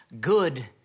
good